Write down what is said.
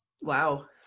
wow